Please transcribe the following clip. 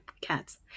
cats